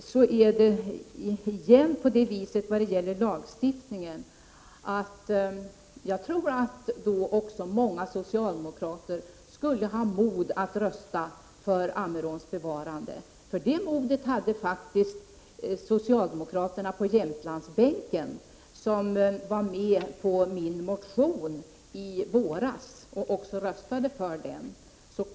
Vad gäller lagstiftningen är det så att jag tror att också många socialdemokrater skulle få mod att rösta för Ammeråns bevarande. Det modet hade faktiskt socialdemokraterna på Jämtlandsbänken som var med på min motion i våras och röstade för den.